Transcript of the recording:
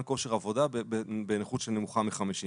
כושר עבודה בנכות שנמוכה מ-50 אחוזים.